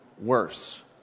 worse